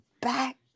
back